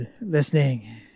listening